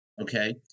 okay